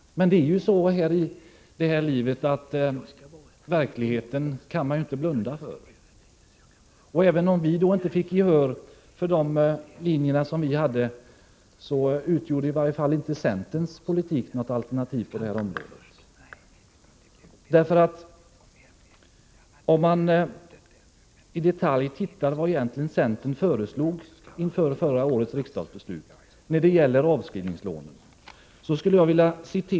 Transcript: Men det är ju så här i livet att man inte kan blunda för verkligheten. Även om vi då inte fick gehör för vår linje, utgjorde i varje fall inte centerns politik något alternativ på detta område. Man kan i detalj studera vad centern egentligen föreslog inför förra årets riksdagsbeslut beträffande avskrivningslån.